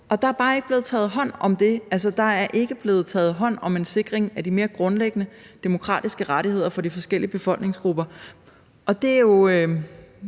og der er bare ikke blevet taget hånd om det. Altså, der er ikke blevet taget hånd om en sikring af de mere grundlæggende demokratiske rettigheder for de forskellige befolkningsgrupper. Det er jo